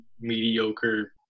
mediocre